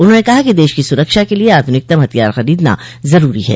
उन्होंने कहा कि देश की सुरक्षा के लिए आध्निकतम हथियार खरीदना जरूरी है